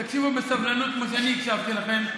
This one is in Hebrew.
תקשיבו בסבלנות כמו שאני הקשבתי לכם,